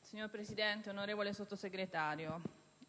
Signora Presidente, onorevole Sottosegretario,